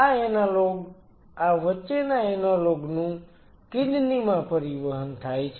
આ એનાલોગ આ વચ્ચેના એનાલોગ નું કિડની માં પરિવહન થાય છે